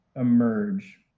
emerge